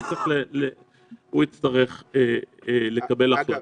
הוא יצטרך לקבל החלטה.